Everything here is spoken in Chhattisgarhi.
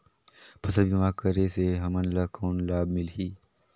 फसल बीमा करे से हमन ला कौन लाभ मिलही?